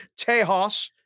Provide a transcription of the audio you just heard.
Tejas